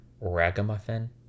ragamuffin